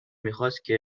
میخواست